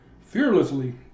fearlessly